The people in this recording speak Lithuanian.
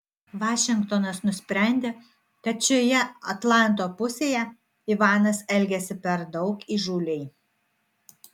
vašingtonas nusprendė kad šioje atlanto pusėje ivanas elgiasi per daug įžūliai